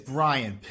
Brian